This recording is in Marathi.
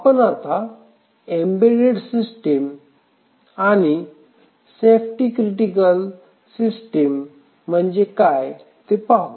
आपण आता एम्बेडेड सिस्टीम आणि सेफ्टी क्रिटिकल सिस्टीम म्हणजे काय ते पाहू